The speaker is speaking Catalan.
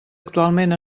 actualment